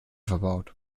verbaut